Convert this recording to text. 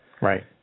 Right